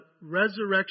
resurrection